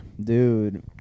Dude